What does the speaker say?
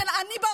אבל זה לא נכון.